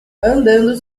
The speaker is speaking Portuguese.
andando